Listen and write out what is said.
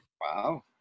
Wow